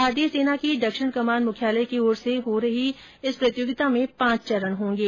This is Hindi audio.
भारतीय सेना की दक्षिण कमान मुख्यालय की ओर से हो रही इस प्रतियोगिता में पांच चरण होगें